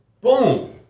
Boom